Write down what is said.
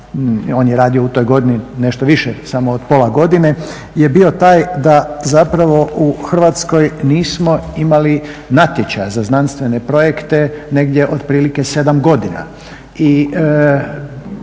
on je radio u toj godini nešto više samo od pola godine je bio taj da zapravo u Hrvatskoj nismo imali natječaja za znanstvene projekte negdje otprilike 7 godina.